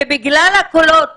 ובגלל הקולות